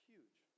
Huge